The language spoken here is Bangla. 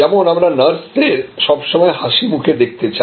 যেমন আমরা নার্সদের সব সময় হাসি মুখে দেখতে চাই